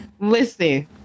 Listen